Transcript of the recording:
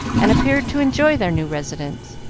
and appeared to enjoy their new residence.